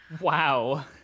Wow